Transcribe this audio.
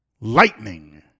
lightning